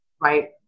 Right